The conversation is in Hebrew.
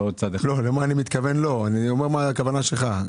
אני שואל מה הייתה הכוונה שלך.